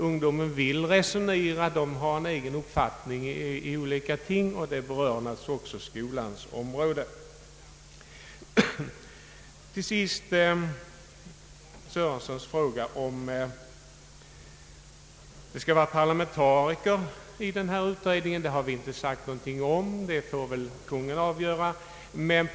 Ungdomen vill resonera och har en egen uppfattning i olika frågor. Det berör naturligtvis också skolans område. Till sist vill jag ta upp herr Sören sons fråga om det skall vara parlamentariker i utredningen. Vi har inte sagt någonting om det, utan det får Kungl. Maj:t avgöra.